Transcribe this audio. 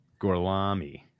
Gorlami